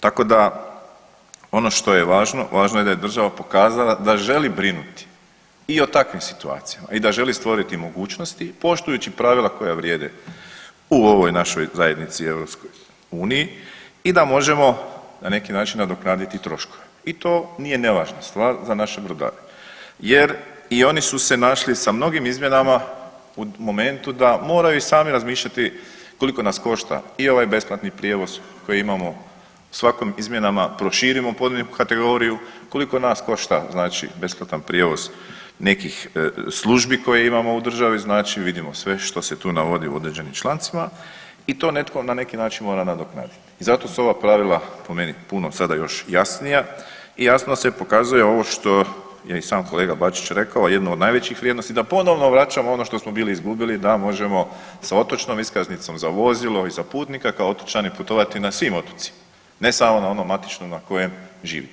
Tako da ono što je važno važno je da je država pokazala da želi brinuti i o takvim situacijama i da želi stvoriti mogućnosti poštujući pravila koja vrijede u ovoj našoj zajednici EU i da možemo na neki način nadoknaditi troškove i to nije nevažna stvar za naše brodare jer i oni su se našli sa mnogim izmjenama u momentu da moraju i sami razmišljati koliko nas košta i ovaj besplatni prijevoz koji imamo, svakim izmjenama proširimo pojedinu kategoriju, koliko nas košta znači besplatan prijevoz nekih službi koje imamo u državi, znači vidimo sve što se tu navodi u određenim člancima i to netko na neki način mora nadoknaditi i zato su ova pravila po meni puno sada još jasnija i jasno se pokazuje ovo što je i sam kolega Bačić rekao jedno od najvećih vrijednosti da ponovno vraćamo ono što smo bili izgubili da možemo sa otočnom iskaznicom za vozilo i za putnika kao otočani putovati na svim otocima ne samo na onom matičnom na kojem živite.